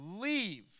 leave